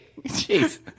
Jeez